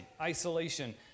Isolation